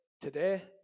Today